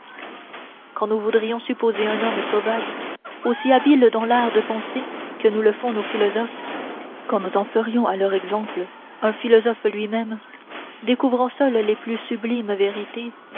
quand nous voudrions supposer un homme sauvage aussi habile dans l'art de penser que nous le font nos philosophes quand nous en ferions à leur exemple un philosophe lui-même découvrant seul les plus sublimes vérités